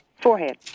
forehead